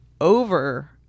over